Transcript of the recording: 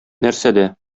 нәрсәдә